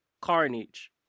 Carnage